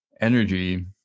energy